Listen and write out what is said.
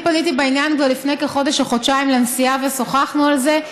אני פניתי בעניין כבר לפני כחודש או חודשיים לנשיאה ושוחחנו על זה,